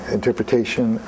interpretation